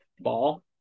ball